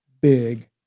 big